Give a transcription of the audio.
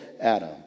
Adam